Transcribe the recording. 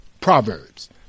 Proverbs